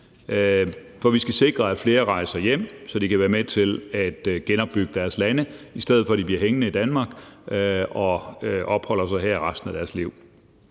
for vi skal sikre, at flere rejser hjem, så de kan være med til at genopbygge deres lande, i stedet for at de bliver hængende i Danmark og opholder sig her resten af deres liv.